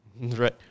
Right